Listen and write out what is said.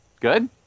Good